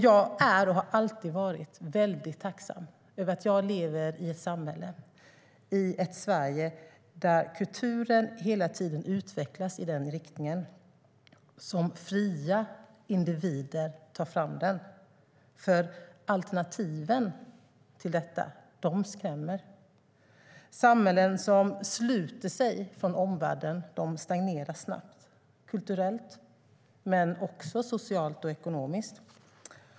Jag är och har alltid varit väldigt tacksam över att jag lever i ett samhälle och i ett Sverige där kulturen hela tiden utvecklas i den riktning dit fria individer tar den. Alternativen till detta skrämmer. Samhällen som sluter sig från omvärlden stagnerar snabbt - kulturellt, men också socialt och ekonomiskt.